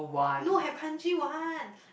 no have Kanji one